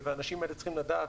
האנשים האלה צריכים לדעת,